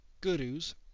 gurus